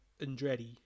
Andretti